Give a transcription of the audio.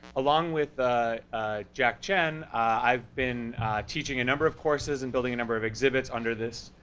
along with jack tchen, i've been teaching a number of courses and building a number of exhibits under this,